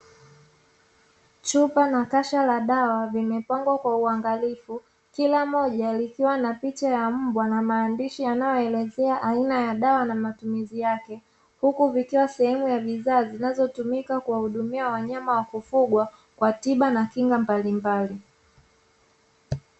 Chupa na kasha la dawa vimepangwa kwa uangalifu kila moja likiwa na picha ya mbwa na maandishi yanayoelezea aina ya dawa na matumizi yake. Huku vikiwa sehemu ya bidhaa zinazotumika kuwahudumia wanyama wa kufugwa kwa tiba na kinga mbalimbali.